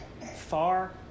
far